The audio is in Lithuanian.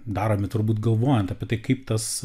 daromi turbūt galvojant apie tai kaip tas